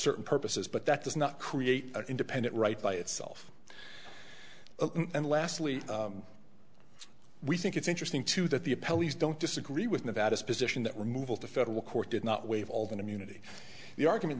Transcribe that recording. certain purposes but that does not create an independent right by itself and lastly we think it's interesting too that the a police don't disagree with nevada's position that removal to federal court did not waive all that immunity the argument